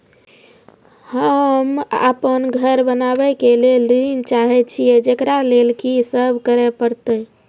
होम अपन घर बनाबै के लेल ऋण चाहे छिये, जेकरा लेल कि सब करें परतै?